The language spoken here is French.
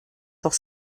pour